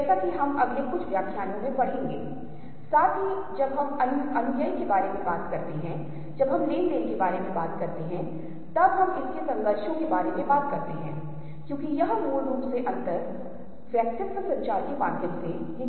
मैंने आपके साथ एक और भ्रम साझा किया था और यहाँ भ्रम का एक और उदाहरण है जहाँ आप देखते हैं कि यह रेखा बहुत बड़ी दिखती है इस रेखा से बहुत छोटी यह रेखा जो दिखती है यह जितनी बड़ी है यह रेखा उससे कहीं अधिक बड़ी है यह रेखा क्यों होती है